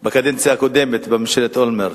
בקדנציה הקודמת, בממשלת אולמרט,